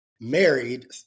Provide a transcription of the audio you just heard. married